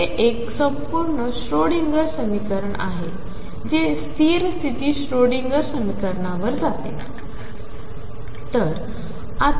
हेएकसंपूर्णश्रोडिंगरसमीकरणआहेजेस्थिरस्तितीश्रोडिंगरसमीकरणावरजाते